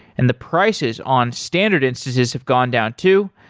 and the prices on standard instances have gone down too.